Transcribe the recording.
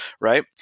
right